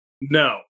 No